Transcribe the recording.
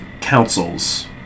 council's